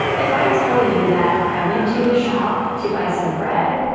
if i tell you that i went to the shop to buy some bread,